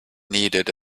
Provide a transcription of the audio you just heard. needed